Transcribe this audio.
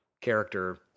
character